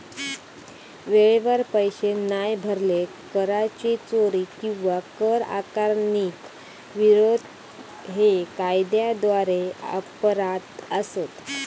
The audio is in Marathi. वेळेवर पैशे नाय भरले, कराची चोरी किंवा कर आकारणीक विरोध हे कायद्याद्वारे अपराध असत